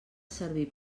servir